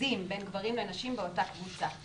באחוזים בין גברים לנשים באותה קבוצה.